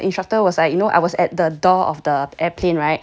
when the instructor was like